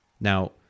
Now